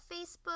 Facebook